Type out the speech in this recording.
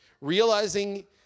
realizing